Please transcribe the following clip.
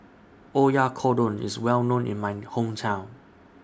Oyakodon IS Well known in My Hometown